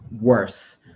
worse